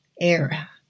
Era